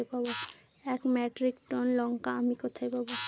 এক metric tonne লঙ্কা আমি কোথায় পাবো?